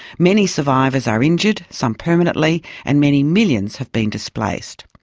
many survivors are injured, some permanently and many millions have been displaced.